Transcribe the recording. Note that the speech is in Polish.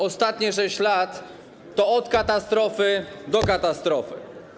Ostatnie 6 lat to od katastrofy do katastrofy.